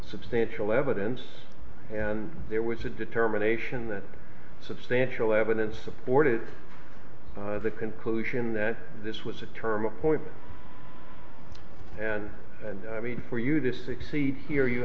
substantial evidence there was a determination that substantial evidence supported the conclusion that this was a term a point i mean for you to succeed here you